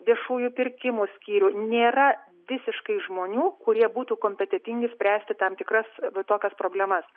viešųjų pirkimų skyrių nėra visiškai žmonių kurie būtų kompetentingi spręsti tam tikras tokias problemas